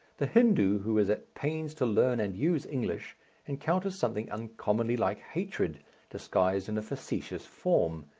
the hindoo who is pains to learn and use english encounters something uncommonly like hatred disguised in a facetious form.